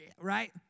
right